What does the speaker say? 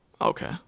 Okay